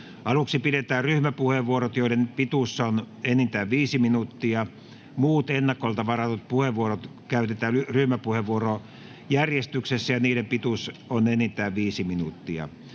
Aluksi pidetään ryhmäpuheenvuorot, joiden pituus on enintään viisi minuuttia. Muut ennakolta varatut puheenvuorot käytetään ryhmäpuheenvuorojärjestyksessä, ja niiden pituus on enintään viisi minuuttia.